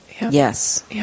Yes